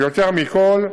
ויותר מכול,